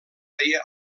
feia